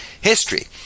history